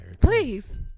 please